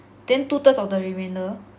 then two thirds of the remainder